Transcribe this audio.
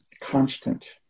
Constant